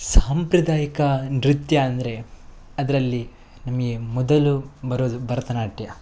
ಸಾಂಪ್ರದಾಯಿಕ ನೃತ್ಯ ಅಂದರೆ ಅದರಲ್ಲಿ ನಮಗೆ ಮೊದಲು ಬರೋದು ಭರತನಾಟ್ಯ